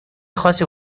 خاصی